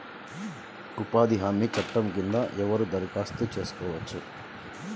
ఉపాధి హామీ చట్టం కింద ఎవరు దరఖాస్తు చేసుకోవచ్చు?